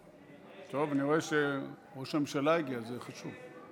טוב, אני רואה שראש הממשלה הגיע, זה חשוב.